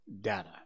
data